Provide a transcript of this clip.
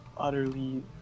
utterly